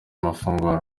amafunguro